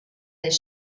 their